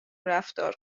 رفتار